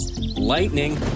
Lightning